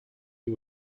you